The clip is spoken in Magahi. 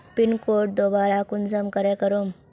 पिन कोड दोबारा कुंसम करे करूम?